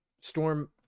Storm